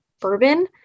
bourbon